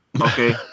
Okay